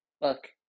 look